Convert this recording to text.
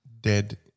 dead –